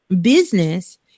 business